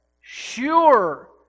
Sure